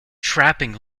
trapping